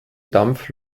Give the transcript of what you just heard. dampf